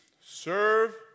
Serve